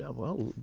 ah well, but